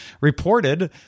reported